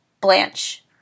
Blanche